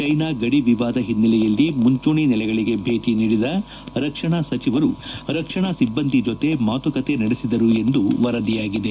China ಗಡಿ ವಿವಾದ ಹಿನ್ನೆಲೆಯಲ್ಲಿ ಮುಂಚೂಣಿ ನೆಲೆಗಳಿಗೆ ಭೇಟಿ ನೀಡಿದ ರಕ್ಷಣಾ ಸಚಿವರು ರಕ್ಷಣಾ ಸಿಬ್ಲಂದಿ ಜೊತೆ ಮಾತುಕತೆ ನಡೆಸಿದರು ಎಂದು ವರದಿಯಾಗಿದೆ